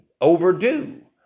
overdue